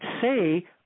say